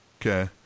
Okay